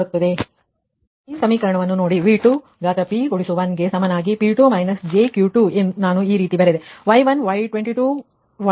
ಈ ಸಮೀಕರಣವನ್ನು ನೋಡಿ V2p1 ಕ್ಕೆ ಸಮನಾಗಿ P2 jQ2 ನಾನು ಈ ರೀತಿ ಬರೆದೆ